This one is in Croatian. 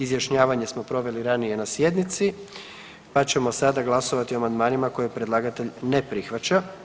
Izjašnjavanje smo proveli ranije na sjednici pa ćemo sada glasovati o amandmanima koje predlagatelj ne prihvaća.